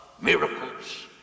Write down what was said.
miracles